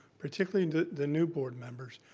particularly the the new board members,